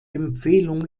empfehlung